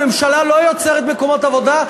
הממשלה לא יוצרת מקומות עבודה,